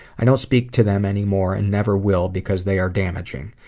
i don't speak to them anymore, and never will, because they are damaging.